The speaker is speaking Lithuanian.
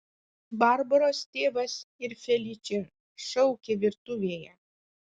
barbaros tėvas ir feličė šaukė virtuvėje